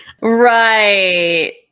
Right